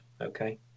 okay